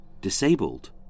disabled